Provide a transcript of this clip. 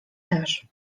też